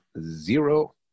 zero